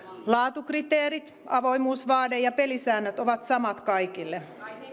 laatukriteerit avoimuusvaade ja pelisäännöt ovat samat kaikille